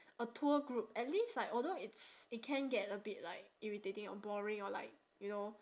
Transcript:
a tour group at least like although it's it can get a bit like irritating or boring or like you know